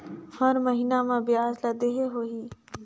हर महीना मा ब्याज ला देहे होही?